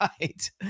right